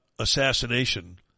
assassination